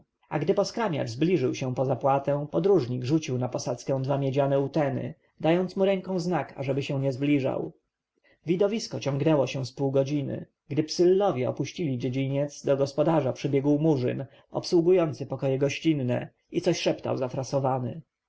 a gdy poskramiacz zbliżył się po zapłatę podróżnik rzucił na posadzkę dwa miedziane uteny dając mu ręką znak ażeby się nie zbliżał widowisko ciągnęło się z pół godziny gdy psyllowie opuścili dziedziniec do gospodarza przybiegł murzyn obsługujący pokoje gościnne i coś szeptał zafrasowany